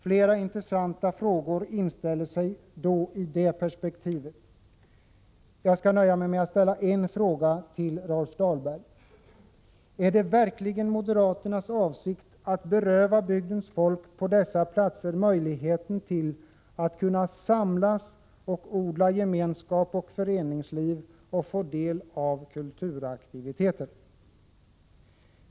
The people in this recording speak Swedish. Flera intressanta frågor inställer sig i det perspektivet. Jag skall dock nöja mig med att ställa bara en fråga till Rolf Dahlberg: Är det verkligen moderaternas avsikt att beröva bygdens folk på dessa platser deras möjligheter att samlas och odla gemenskap och föreningsliv samt att få del av kulturaktiviteter?